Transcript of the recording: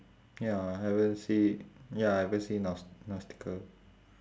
ya haven't see ya haven't see naus~ nausicaa